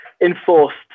enforced